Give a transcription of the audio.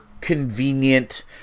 convenient